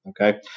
Okay